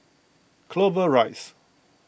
Clover Rise